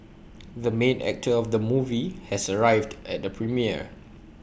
the main actor of the movie has arrived at the premiere